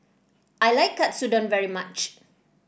I like Katsudon very much